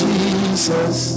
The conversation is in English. Jesus